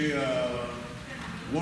למרות שאני יודע שהאולם מלא,